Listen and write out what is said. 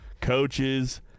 coaches